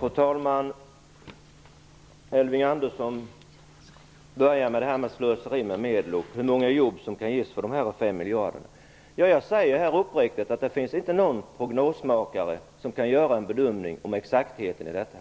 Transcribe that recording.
Fru talman! Elving Andersson började att tala om det här med slöseri med medel och hur många jobb som kan ges för dessa 5 miljarder. Jag säger uppriktigt att det inte finns någon prognosmakare som kan göra en bedömning av exaktheten i detta.